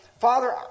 Father